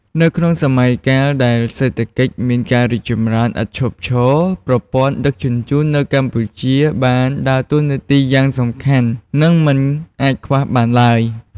នៅក្នុងសម័យកាលដែលសេដ្ឋកិច្ចមានការរីកចម្រើនឥតឈប់ឈរ ប្រព័ន្ធដឹកជញ្ជូននៅកម្ពុជាបានដើរតួនាទីយ៉ាងសំខាន់និងមិនអាចខ្វះបានឡើយ។